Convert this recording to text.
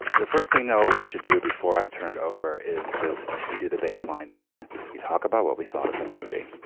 the first thing though what we should do before i turn it over is just we do the baseline thing we talk about what we thought of the movie.